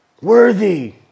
Worthy